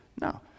No